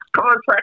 contract